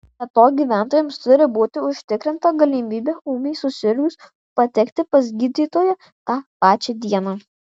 be to gyventojams turi būti užtikrinta galimybė ūmiai susirgus patekti pas gydytoją tą pačią dieną